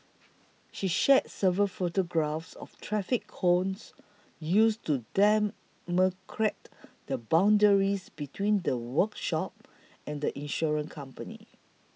she shared several photographs of traffic cones used to demarcate the boundaries between the workshop and insurance company